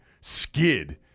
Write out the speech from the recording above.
skid